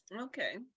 Okay